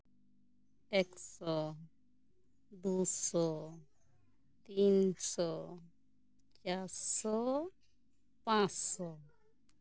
ᱮᱠ ᱥᱚ ᱫᱩ ᱥᱚ ᱛᱤᱱᱥᱚ ᱪᱟᱨᱥᱚ ᱯᱟᱸᱪᱥᱳ